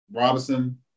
Robinson